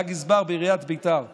היה גזבר בעיריית ביתר בתקופתי.